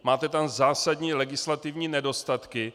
Máte tam zásadní legislativní nedostatky.